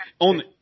on